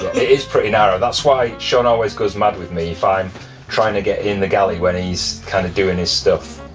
is pretty narrow that's why shaun always goes mad with me if i'm trying to get in the galley when he's kind of doing his stuff.